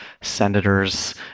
senators